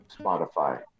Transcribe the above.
Spotify